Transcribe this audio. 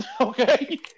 okay